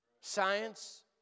Science